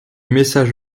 message